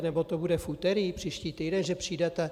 Nebo to bude v úterý příští týden, že přijdete?